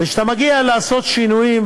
וכשאתה מגיע לעשות שינויים,